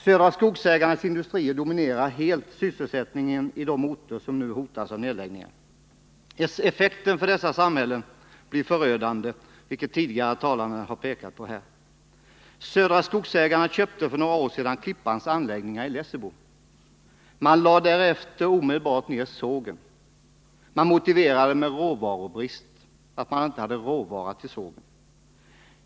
Södra Skogsägarnas industrier dominerar helt sysselsättningen i de orter som nu hotas av nedläggningar. Effekten för dessa samhällen blir förödande, vilket tidigare talare har pekat på. Södra Skogsägarna köpte för några år sedan Klippans anläggningar i Lessebo. Man lade därefter omedelbart ned sågen och motiverade det med bristen på råvaror.